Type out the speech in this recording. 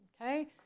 Okay